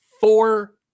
four